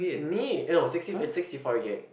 me eh no sixty it's sixty four gig